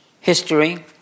History